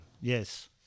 Yes